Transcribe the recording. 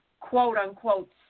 quote-unquote